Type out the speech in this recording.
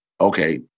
okay